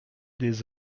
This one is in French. des